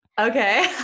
okay